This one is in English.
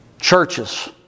churches